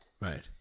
Right